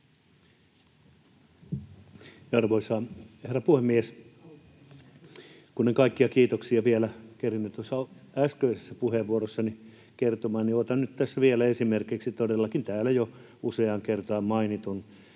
Arvoisa herra puhemies! Kun en kaikkia kiitoksia vielä kerennyt tuossa äskeisessä puheenvuorossani kertomaan, niin otan vielä esimerkiksi täällä todellakin jo useaan kertaan mainitun